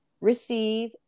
receive